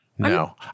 No